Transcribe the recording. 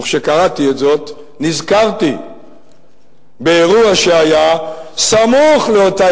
וכשקראתי את זאת נזכרתי באירוע שהיה סמוך לאותה